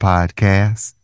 Podcast